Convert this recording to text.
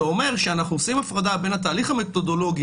זה אומר שאנחנו עושים הפרדה בין התהליך המתודולוגי